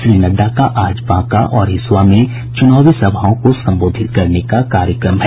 श्री नड्डा का आज बांका और हिसुआ में चुनावी सभाओं को संबोधित करने का कार्यक्रम है